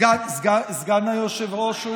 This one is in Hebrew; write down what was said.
סגן היושב-ראש,